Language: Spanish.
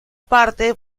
parte